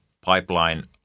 pipeline